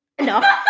No